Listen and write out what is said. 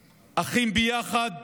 "אחים", "ביחד"